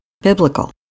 biblical